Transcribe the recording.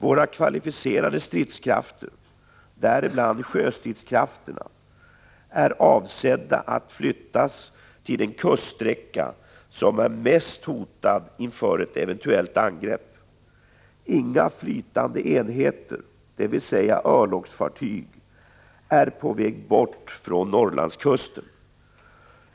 Våra kvalificerade stridskrafter, däribland sjöstridskrafterna, är avsedda att flyttas till den kuststräcka som är mest hotad inför ett eventuellt angrepp. Inga flytande enheter, dvs. örlogsfartyg, är på väg bort från Norrlandskusten.